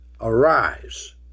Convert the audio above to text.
arise